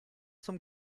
zum